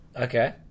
Okay